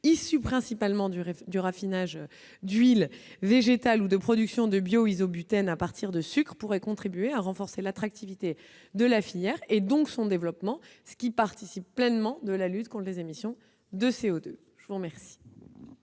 issu principalement du raffinage des huiles végétales ou de production de bio-isobutène à partir de sucres, pourrait contribuer à renforcer l'attractivité de la filière et donc son développement, qui participe pleinement de la lutte contre les émissions de CO2. La parole